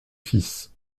fils